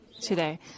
today